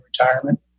retirement